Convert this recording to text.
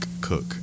cook